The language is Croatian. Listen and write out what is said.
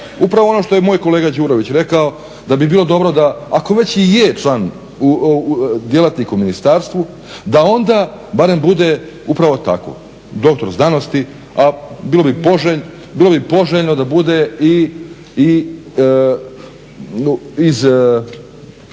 Upravo ono što je moj kolega Đurović rekao da bi bilo dobro da ako već i je član, djelatnik u ministarstvu da onda barem bude upravo tako doktor znanosti, a bilo bi poželjno da bude i iz